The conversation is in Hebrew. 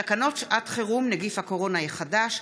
תקנות שעת חירום (נגיף הקורונה החדש)